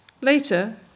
Later